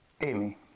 Amy